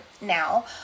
now